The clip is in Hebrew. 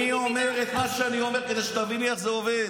אני אומר את מה שאני אומר כדי שתביני איך זה עובד.